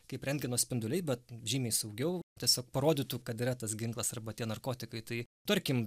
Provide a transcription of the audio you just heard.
kaip rentgeno spinduliai bet žymiai saugiau tiesiog parodytų kad yra tas ginklas arba tie narkotikai tai tarkim